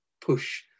push